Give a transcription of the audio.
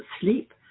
sleep